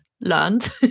learned